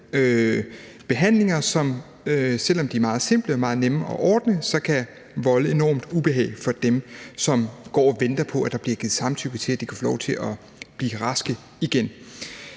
behandlinger, som – selv om de er meget simple og meget nemme at ordne – kan volde enormt ubehag for dem, som går og venter på, at der bliver givet samtykke til, at de kan få lov til at blive raske igen.